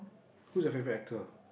who's your favourite actor